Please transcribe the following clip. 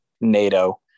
NATO